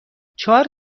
چهار